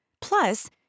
Plus